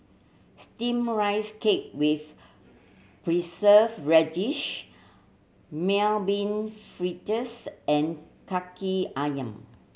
steam rice cake with Preserved Radish Mung Bean Fritters and Kaki Ayam